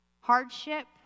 hardship